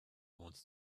wants